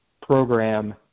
program